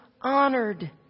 honored